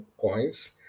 coins